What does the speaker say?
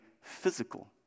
physical